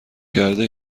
کرده